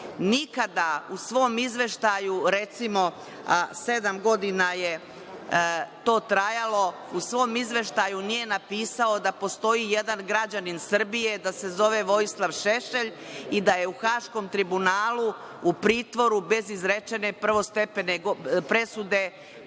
nikada u svom izveštaju, recimo, sedam godina je to trajalo, u svom izveštaju nije napisao da postoji jedan građanin Srbije, da se zove Vojislav Šešelj i da je u Haškom tribunalu u pritvoru bez izrečene prvostepene presude